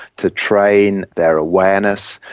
to train their awareness,